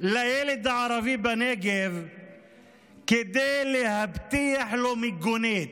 לילד הערבי בנגב כדי להבטיח לו מיגונית,